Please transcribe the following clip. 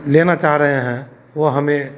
लेना चाह रहे हैं वो हमें